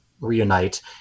reunite